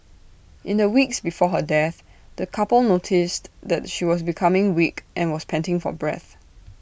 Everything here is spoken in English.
in the weeks before her death the couple noticed that she was becoming weak and was panting for breath